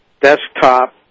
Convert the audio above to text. desktop